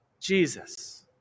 Jesus